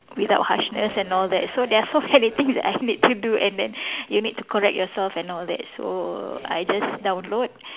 without harshness and all that so there are so many things that I need to do and then you need to correct yourself and all that so I just download